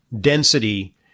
density